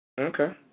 Okay